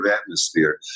atmosphere